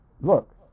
look